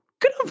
Good